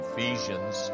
Ephesians